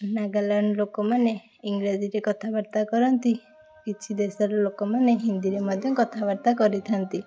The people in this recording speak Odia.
ନାଗାଲାଣ୍ଡ ଲୋକମାନେ ଇଂରାଜୀରେ କଥାବାର୍ତ୍ତା କରନ୍ତି କିଛି ଦେଶର ଲୋକମାନେ ହିନ୍ଦୀରେ ମଧ୍ୟ କଥାବାର୍ତ୍ତା କରିଥାଆନ୍ତି